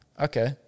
okay